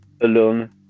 alone